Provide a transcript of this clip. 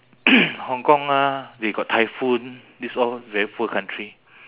hong kong ah they got typhoon this all very poor country